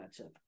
matchup